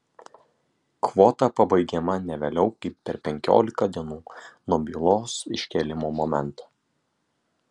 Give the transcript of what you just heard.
kvota pabaigiama ne vėliau kaip per penkiolika dienų nuo bylos iškėlimo momento